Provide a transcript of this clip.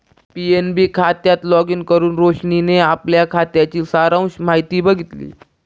PNB खात्यात login करुन रोशनीने आपल्या खात्याची सारांश माहिती बघितली